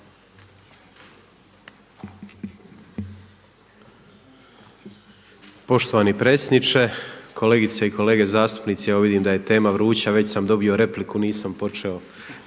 Poštovani predsjedniče, kolegice i kolege zastpunici. Evo vidim da je tema vruća, već sam dobio repliku, nisam počeo